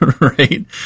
right